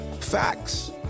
facts